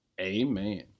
amen